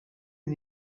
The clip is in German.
sie